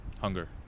hunger